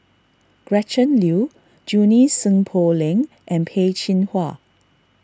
Gretchen Liu Junie Sng Poh Leng and Peh Chin Hua